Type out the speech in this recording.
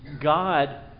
God